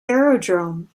aerodrome